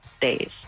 days